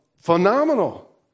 phenomenal